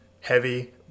heavy